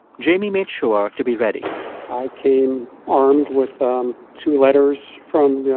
jamie made sure to be ready i came armed with um two letters from, yeah